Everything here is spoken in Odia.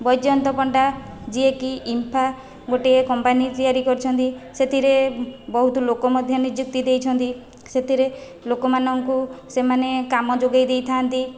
ବୈଜୟନ୍ତ ପଣ୍ଡା ଯିଏକି ଇମ୍ଫା ଗୋଟିଏ କମ୍ପାନୀ ତିଆରି କରିଛନ୍ତି ସେଥିରେ ବହୁତ ଲୋକ ମଧ୍ୟ ନିଯୁକ୍ତି ଦେଇଛନ୍ତି ସେଥିରେ ଲୋକମାନଙ୍କୁ ସେମାନେ କାମ ଯୋଗାଇ ଦେଇଥାନ୍ତି